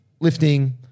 lifting